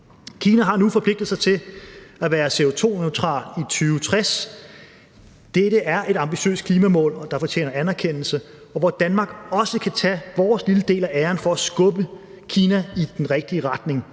Kina nu forpligtet sig til at være CO2-neutral i 2060. Dette er et ambitiøst klimamål, der fortjener anerkendelse, og hvor Danmark også kan tage sin lille del af æren for at skubbe Kina i den rigtige retning,